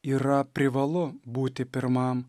yra privalu būti pirmam